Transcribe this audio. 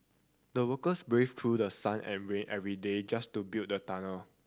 the workers braved through the sun every every day just to build the tunnel